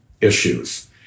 issues